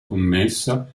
commessa